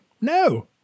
No